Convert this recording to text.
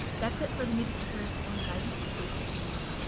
that's it for the amoeba sisters and we remind you to stay curious!